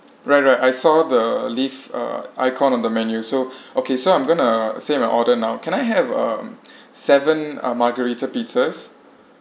right right I saw the leaf~ uh icon on the menu so okay so I'm going to say my order now can I have um seven uh margherita pizzas